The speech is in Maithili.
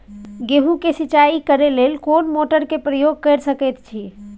गेहूं के सिंचाई करे लेल कोन मोटर के प्रयोग कैर सकेत छी?